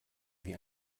wie